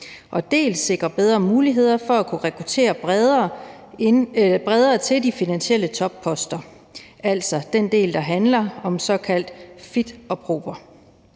dels sikre bedre muligheder for at kunne rekruttere bredere til de finansielle topposter, altså den del, der handler om fit and proper.